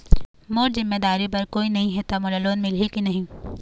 मोर जिम्मेदारी बर कोई नहीं हे त मोला लोन मिलही की नहीं?